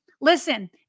Listen